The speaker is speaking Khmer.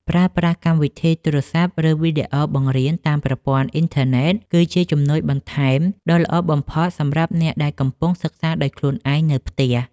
ប្រើប្រាស់កម្មវិធីទូរស័ព្ទ ឬវីដេអូបង្រៀនតាមប្រព័ន្ធអ៊ីនធឺណិតគឺជាជំនួយបន្ថែមដ៏ល្អបំផុតសម្រាប់អ្នកដែលកំពុងសិក្សាដោយខ្លួនឯងនៅផ្ទះ។